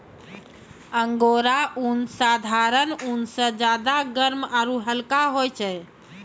angora ऊन साधारण ऊन स ज्यादा गर्म आरू हल्का होय छै